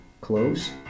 Close